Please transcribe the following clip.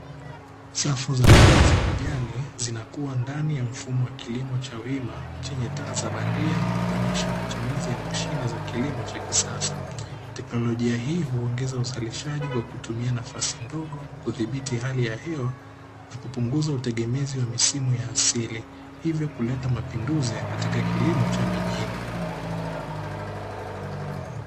Safu za mboga za majani zinakuwa ndani ya mfumo wa kilimo cha wima chenye taa za bandia, kuonyesha matumizi ya mashine za kilimo cha kisasa. Teknolojia hii huongeza uzalishaji kwa kutumia nafasi ndogo, kudhibiti hali ya hewa, na kupunguza utegemezi wa misimu ya asili. Hivyo kuleta mapinduzi katika kilimo cha mijini.